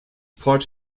part